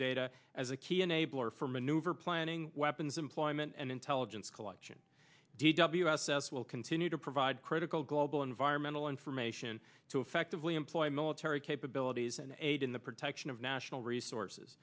data as a key enabler for maneuver planning weapons employment and intelligence collection d w s s will continue to provide critical global environmental information to effectively employ military capabilities and aid in the protection of national resources